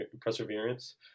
perseverance